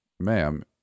Ma'am